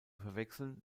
verwechseln